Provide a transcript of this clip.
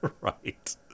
Right